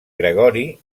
gregori